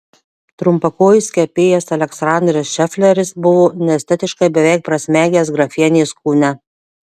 trumpakojis kepėjas aleksandras šefleris buvo neestetiškai beveik prasmegęs grefienės kūne